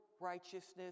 righteousness